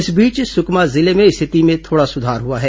इस बीच सुकमा जिले में स्थिति में थोड़ा सुधार हुआ है